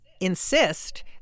insist